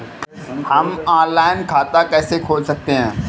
हम ऑनलाइन खाता कैसे खोल सकते हैं?